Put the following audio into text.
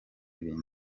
bintu